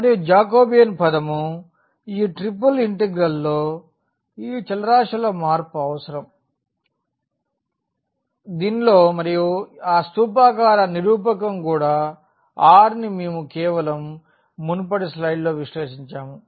మరియు జాకోబియన్ పదం ఈ ట్రిపుల్ ఇంటిగ్రల్ లో ఈ చలరాశుల మార్పు అవసరం దీనిలో మరియు ఆ స్థూపాకార నిరూపక కూడా rఅని మేము కేవలం మునుపటి స్లయిడ్ లో విశ్లేషించాము